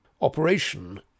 operation